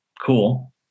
Cool